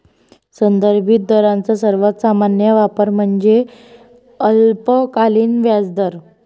संदर्भित दरांचा सर्वात सामान्य वापर म्हणजे अल्पकालीन व्याजदर